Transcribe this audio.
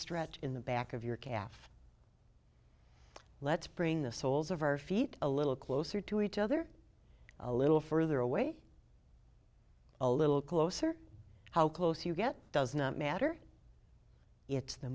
stretch in the back of your calf let's bring the soles of our feet a little closer to each other a little further away a little closer how close you get does not matter it's the